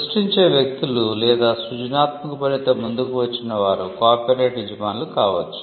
సృష్టించే వ్యక్తులు లేదా సృజనాత్మక పనితో ముందుకు వచ్చిన వారు కాపీరైట్ యజమానులు కావచ్చు